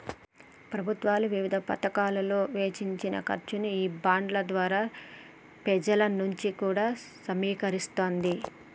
ప్రభుత్వాలు వివిధ పతకాలలో వెచ్చించే ఖర్చుని ఈ బాండ్ల ద్వారా పెజల నుంచి కూడా సమీకరిస్తాది